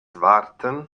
warten